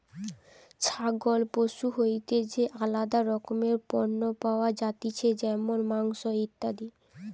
ছাগল পশু হইতে যে আলাদা রকমের পণ্য পাওয়া যাতিছে যেমন মাংস, ইত্যাদি